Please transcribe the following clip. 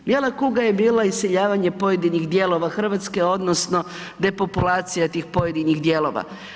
Bijela kuga je bila iseljavanje pojedinih dijelova Hrvatske odnosno depopulacija tih pojedinih dijelova.